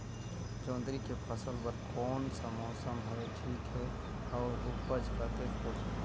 जोंदरी के फसल बर कोन सा मौसम हवे ठीक हे अउर ऊपज कतेक होही?